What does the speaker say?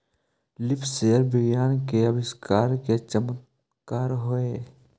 leaf sensor विज्ञान के आविष्कार के चमत्कार हेयऽ